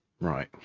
Right